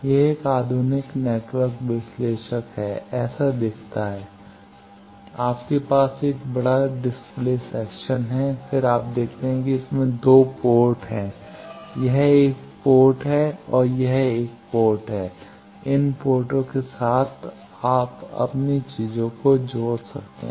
यह एक आधुनिक नेटवर्क विश्लेषक है ऐसा दिखता है आपके पास एक बड़ा डिस्प्ले सेक्शन है फिर आप देखते हैं कि इसमें 2 पोर्ट हैं यह 1 पोर्ट है यह एक और पोर्ट है इन पोर्ट के साथ आप अपनी चीजें जोड़ सकते हैं